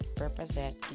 represent